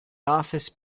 office